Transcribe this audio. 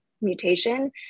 mutation